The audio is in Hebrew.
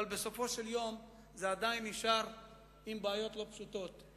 אבל בסופו של יום זה עדיין נשאר עם בעיות לא פשוטות.